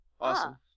Awesome